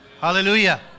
hallelujah